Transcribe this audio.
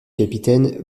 capitaine